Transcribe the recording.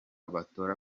batora